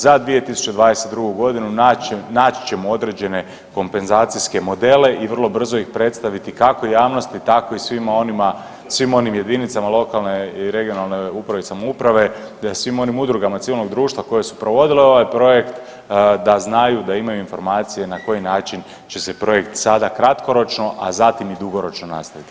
Za 2022. godinu naći ćemo određene kompenzacijske modele i vrlo brzo ih predstaviti kako javnosti tako i svima onim jedinicama lokalne i regionalne uprave i samouprave, te svim onim udrugama civilnog društva koje su provodile ovaj projekt da znaju da imaju informacije na koji način će se projekt sada kratkoročno, a zatim i dugoročno nastaviti.